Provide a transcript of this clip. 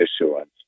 issuance